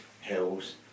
hills